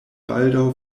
baldaŭ